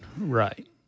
right